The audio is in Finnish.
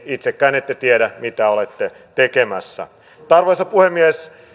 itsekään ette tiedä mitä olette tekemässä mutta arvoisa puhemies